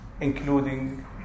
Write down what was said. including